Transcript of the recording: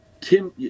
Tim